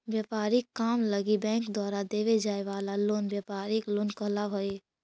व्यापारिक काम लगी बैंक द्वारा देवे जाए वाला लोन व्यापारिक लोन कहलावऽ हइ